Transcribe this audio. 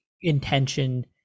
intention